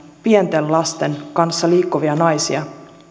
pienten lasten kanssa liikkuvia naisia